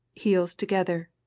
heels together,